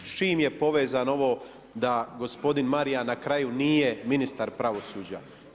S čim je povezano ovo da gospodin Marijan na kraju nije ministar pravosuđa?